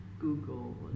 Google